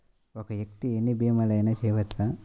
ఒక్క వ్యక్తి ఎన్ని భీమలయినా చేయవచ్చా?